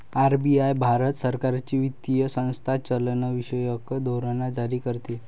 RBI Bharat सरकारची वित्तीय संस्था चलनविषयक धोरण जारी करते